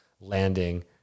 landing